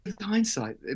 hindsight